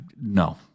No